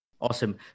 Awesome